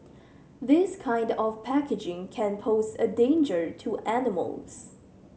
this kind of packaging can pose a danger to animals